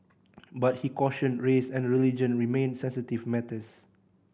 but he cautioned race and religion remained sensitive matters